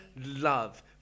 love